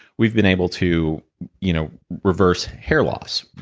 we've been able to you know reverse hair loss,